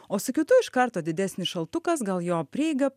o su kitu iš karto didesnis šaltukas gal jo prieiga